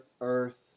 Earth